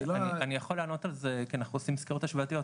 אני יכול לענות על זה כי אנחנו עושים סקירות השוואתיות,